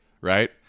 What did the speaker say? right